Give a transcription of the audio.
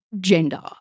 gender